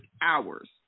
hours